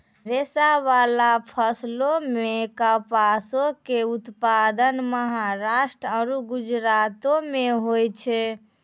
रेशाबाला फसलो मे कपासो के उत्पादन महाराष्ट्र आरु गुजरातो मे होय छै